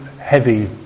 heavy